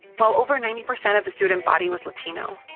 well, over ninety percent of the student body was latino,